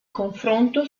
confronto